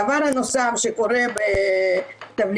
הדבר הנוסף שקורה בתבלינים,